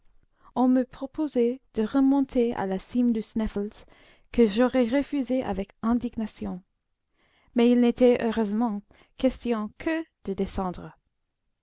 on m'eût proposé de remonter à la cime du sneffels que j'aurais refusé avec indignation mais il n'était heureusement question que de descendre